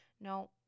no